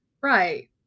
right